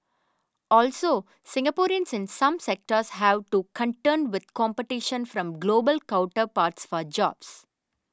also Singaporeans in some sectors have to contend with competition from global counterparts for jobs